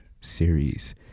series